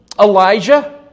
Elijah